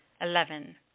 Eleven